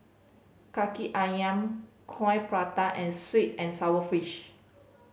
Kaki Ayam Coin Prata and sweet and sour fish